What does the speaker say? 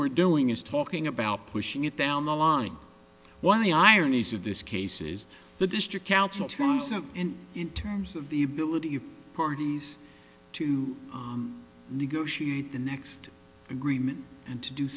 we're doing is talking about pushing it down the line one of the ironies of this cases the district council and in terms of the ability of parties to negotiate the next agreement and to do